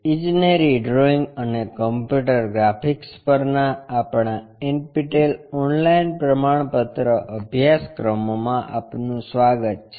ઇજનેરી ડ્રોઇંગ અને computer graphics પરના આપણા NPTEL ઓનલાઇન પ્રમાણપત્ર અભ્યાસક્રમોમાં આપનું સ્વાગત છે